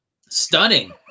Stunning